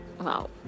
wow